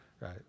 right